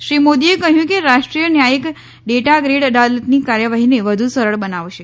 શ્રી મોદીએ કહ્યું કે રાષ્ટ્રીય ન્યાયિક ડેટા ગ્રીડ અદાલતની કાર્યવાહીને વધુ સરળ બનાવશે